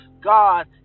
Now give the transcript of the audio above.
God